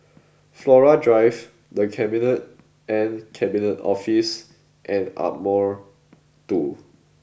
Flora Drive The Cabinet and Cabinet Office and Ardmore Two